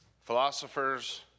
philosophers